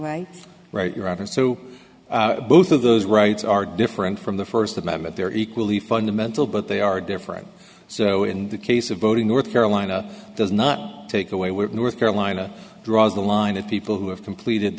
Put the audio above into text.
right right you're up and so both of those rights are different from the first amendment they're equally fundamental but they are different so in the case of voting north carolina does not take away with north carolina draws the line of people who have completed